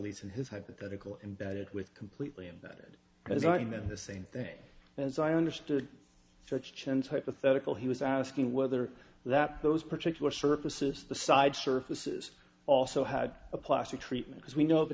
least in his hypothetical imbedded with completely and that i was writing them the same thing as i understood such chance hypothetical he was asking whether that those particular surfaces the side surfaces also had a plastic treatment as we know the